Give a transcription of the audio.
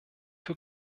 für